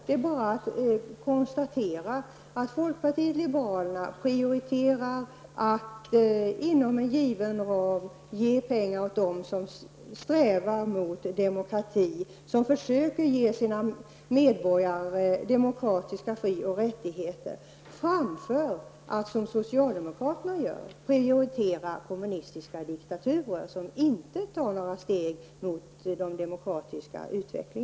Det är bara att konstatera att folkpartiet liberalerna prioriterar att inom en given ram ge pengar åt dem som strävar mot demokrati, länder som försöker ge sina medborgare demokratiska fri och rättigheter, framför att, som socialdemokraterna gör, prioritera kommunistiska diktaturer som inte tar några steg mot en demokratisk utveckling.